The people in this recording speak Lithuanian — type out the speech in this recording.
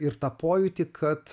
ir tą pojūtį kad